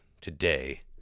today